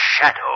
Shadow